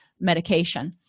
medication